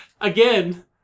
again